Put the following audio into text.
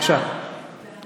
אז תשנו את התקנון.